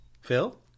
Phil